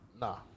Nah